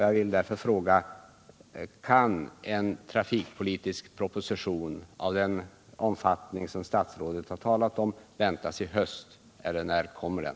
Jag vill därför fråga: Kan en trafikpolitisk proposition av den omfattning som statsrådet här talade om väntas i höst, eller när kommer den?